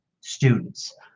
students